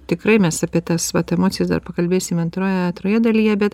tikrai mes apie tas vat emocijas dar pakalbėsim antroje antroje dalyje bet